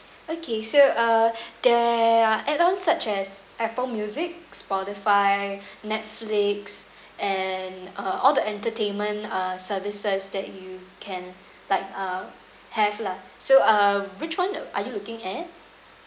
okay so uh the add on such as apple music spotify Netflix and uh all the entertainment uh services that you can like uh have lah so uh which one are you looking at